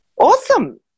Awesome